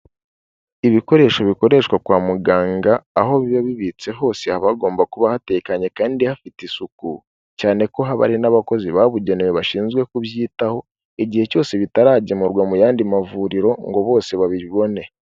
Ibikoresho bikoreshwa kwa muganga aho biba bibitse hose haba hagomba kuba hatekanye kandi hafite isuku, cyane ko haba hari n'abakozi babugenewe bashinzwe kubyitaho, igihe cyose bitaragemurwa mu yandi mavuriro ngo bose babibone.